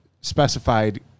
specified